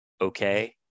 okay